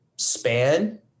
span